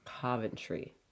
Coventry